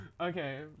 Okay